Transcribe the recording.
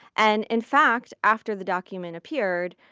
and, in fact, after the document appeared,